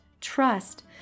Trust